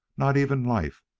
not even life,